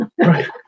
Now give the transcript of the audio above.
right